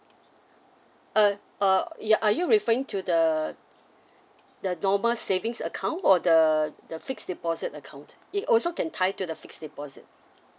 uh uh ya are you referring to the the normal savings account or the the fixed deposit account it also can tie to the fixed deposit